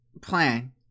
Plan